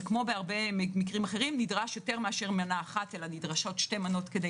וכמו בהרבה מקרים אחרים נדרשות שתי מנות כדי